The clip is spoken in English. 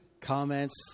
comments